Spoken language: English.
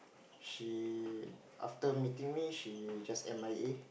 she after meeting me she just M_I_A